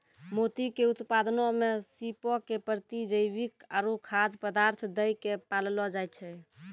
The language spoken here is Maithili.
मोती के उत्पादनो मे सीपो के प्रतिजैविक आरु खाद्य पदार्थ दै के पाललो जाय छै